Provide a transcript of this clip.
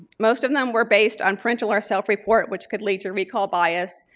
most of them were based on parental or self-report, which could lead to recall bias.